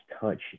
touch